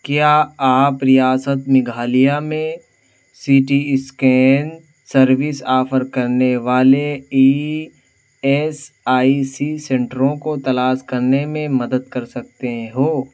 کیا آپ ریاست میگھالیہ میں C T scan service offer کرنے والے ای ایس آئی سی سنٹروں کو تلاش کرنے میں مدد کر سکتے ہو